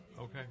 Okay